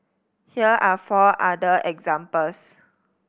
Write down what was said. here are four other examples